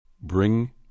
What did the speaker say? Bring